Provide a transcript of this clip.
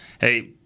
hey –